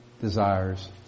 desires